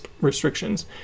restrictions